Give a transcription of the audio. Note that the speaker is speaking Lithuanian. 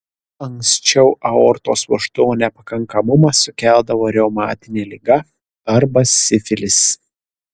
anksčiau aortos vožtuvo nepakankamumą sukeldavo reumatinė liga arba sifilis